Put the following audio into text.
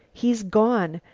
he's gone.